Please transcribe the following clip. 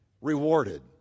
Rewarded